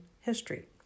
history